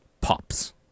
pops